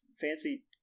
fancy